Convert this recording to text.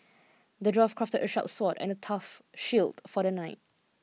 the dwarf crafted a sharp sword and a tough shield for the knight